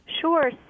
Sure